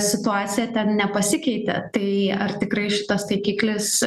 situacija ten nepasikeitė tai ar tikrai šitas taikiklis